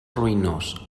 ruïnós